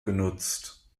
genutzt